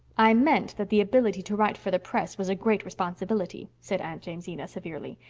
i meant that the ability to write for the press was a great responsibility, said aunt jamesina severely,